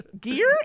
Gear